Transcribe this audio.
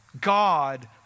God